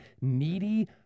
needy